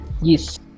Yes